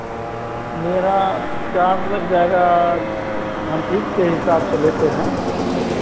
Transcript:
मेरा चार्ज लग जाएगा हम फिट के हिसाब से लेते हैं